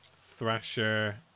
Thrasher